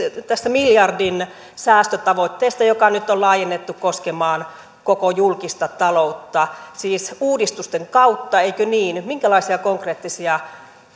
tästä miljardin säästötavoitteesta joka nyt on laajennettu koskemaan koko julkista taloutta siis uudistusten kautta eikö niin minkälaisia konkreettisia